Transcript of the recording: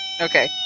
Okay